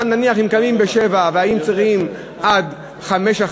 אם נניח קמים ב-07:00 והיינו צריכים לצום עד 17:00,